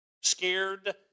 scared